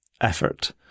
effort